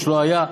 לא שהיה,